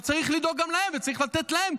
צריך לדאוג גם להם וצריך לתת להם,